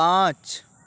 پانچ